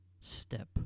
step